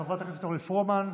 חברת הכנסת אורלי פרומן,